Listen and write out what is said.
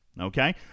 okay